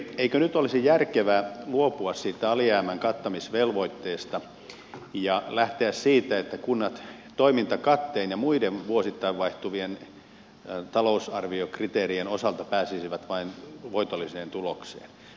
eikö nyt olisi järkevää luopua siitä alijäämän kattamisvelvoitteesta ja lähteä siitä että kunnat toimintakatteen ja muiden vuosittain vaihtuvien talousarviokritee rien osalta pääsisivät vain voitolliseen tulokseen